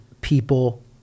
people